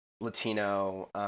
Latino